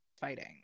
fighting